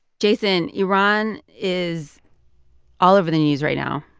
jason, iran is all over the news right now.